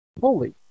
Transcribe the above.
holy